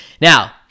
Now